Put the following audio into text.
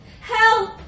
Help